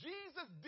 Jesus